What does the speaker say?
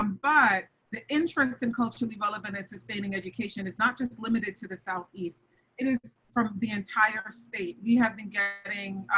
um but the interest and culturally relevant and sustaining education is not just limited to the south east is from the entire state we have been getting